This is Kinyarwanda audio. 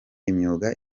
imyuga